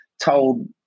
told